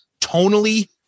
Tonally